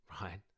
right